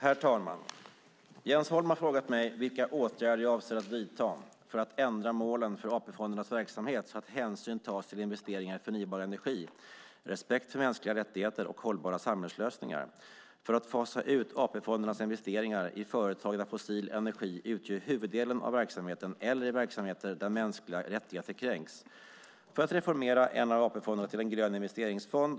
Herr talman! Jens Holm har frågat mig vilka åtgärder jag avser att vidta för att ändra målen för AP-fondernas verksamhet så att hänsyn tas till investeringar i förnybar energi, respekt för mänskliga rättigheter och hållbara samhällslösningar fasa ut AP-fondernas investeringar i företag där fossil energi utgör huvuddelen av verksamheten eller i verksamheter där mänskliga rättigheter kränks reformera en av AP-fonderna till en grön investeringsfond.